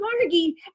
Margie